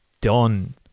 done